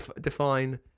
Define